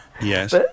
Yes